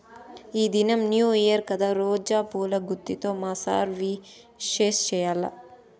ఈ దినం new year కదా రోజా పూల గుత్తితో మా సార్ ని విష్ చెయ్యాల్ల